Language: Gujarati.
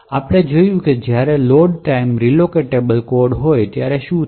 આપણે જોયું છે કે જ્યારે લોડ ટાઇમ રિલોકેટેબલ કોડ હોય ત્યારે શું થાય છે